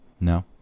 No